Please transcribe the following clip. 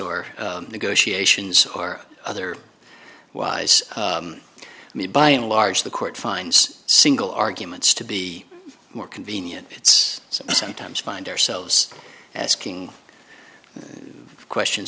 or negotiations or other wise may by and large the court finds single arguments to be more convenient it's sometimes find ourselves as king questions